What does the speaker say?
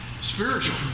spiritual